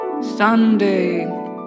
Sunday